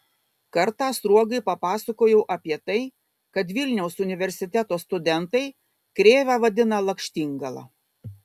kartą sruogai papasakojau apie tai kad vilniaus universiteto studentai krėvę vadina lakštingala